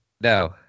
No